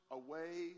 away